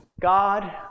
God